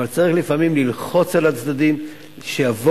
אבל צריך לפעמים ללחוץ על הצדדים שיבואו,